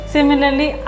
Similarly